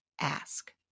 ask